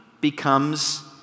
becomes